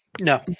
No